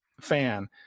fan